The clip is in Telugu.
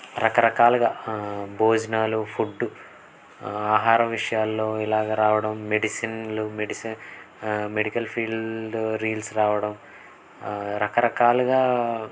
రకరకాలుగా భోజనాలు ఫుడ్ ఆహారం విషయాల్లో ఇలాగ రావడం మెడిసిన్లు మెడిసె మెడికల్ ఫీల్డ్ రీల్స్ రావడం రకరకాలుగా